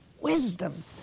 Wisdom